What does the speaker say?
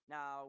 Now